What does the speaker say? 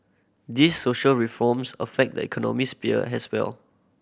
these social reforms affect the economy sphere as well